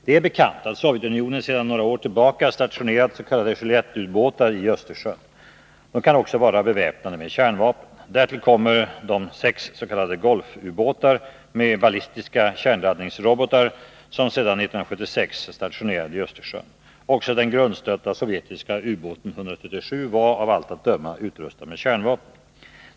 Det är bekant att Sovjetunionen sedan några år tillbaka stationerat tre s.k. Juliett-ubåtar i Östersjön. De kan också vara beväpnade med kärnvapen. Därtill kommer de sex s.k. Golfubåtar med ballistiska kärnladdningsrobotar som sedan 1976 är stationerade i Östersjön. Också den grundstötta sovjetiska ubåten 137 var, av allt att döma, utrustad med kärnvapen.